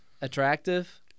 attractive